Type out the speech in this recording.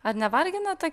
ar nevargina ta